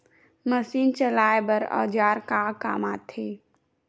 Machine चलाए बर औजार का काम आथे?